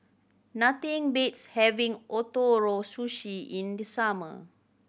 nothing beats having Ootoro Sushi in the summer